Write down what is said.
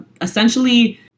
essentially